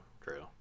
true